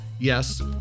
Yes